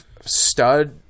stud